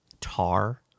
tar